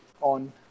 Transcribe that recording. on